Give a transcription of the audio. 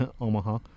Omaha